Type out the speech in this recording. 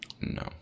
No